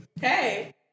Hey